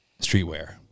streetwear